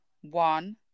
One